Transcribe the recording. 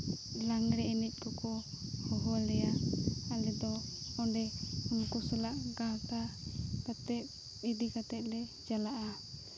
ᱞᱟᱜᱽᱲᱮ ᱮᱱᱮᱡ ᱠᱚᱠᱚ ᱦᱚᱦᱚ ᱞᱮᱭᱟ ᱟᱞᱮ ᱫᱚ ᱚᱸᱰᱮ ᱩᱱᱠᱩ ᱥᱟᱞᱟᱜ ᱜᱟᱶᱛᱟ ᱠᱟᱛᱮ ᱜᱤᱰᱤ ᱠᱟᱛᱮ ᱞᱮ ᱪᱟᱞᱟᱜᱼᱟ